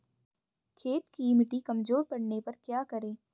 खेत की मिटी कमजोर पड़ने पर क्या करें?